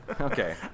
Okay